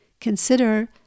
Consider